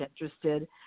interested